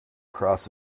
across